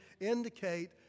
indicate